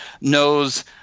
knows